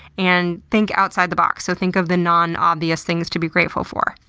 and think outside the box. so think of the non-obvious things to be grateful for,